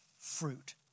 fruit